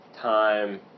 time